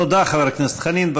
תודה, חבר הכנסת חנין.